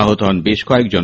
আহত হন বেশ কয়েকজন